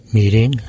meeting